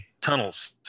tunnels